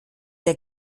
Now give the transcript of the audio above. der